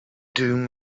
doom